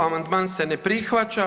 Amandman se ne prihvaća.